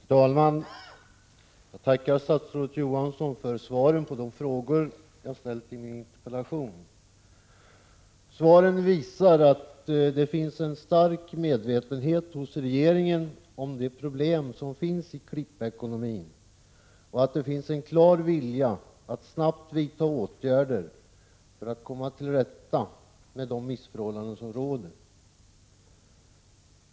Herr talman! Jag tackar statsrådet Johansson för svaren på de frågor jag ställt i min interpellation. Svaren visar en stark medvetenhet hos regeringen om de problem som finns i klippekonomin och en klar vilja att snabbt vidta åtgärder för att komma till rätta med de missförhållanden som råder.